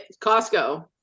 Costco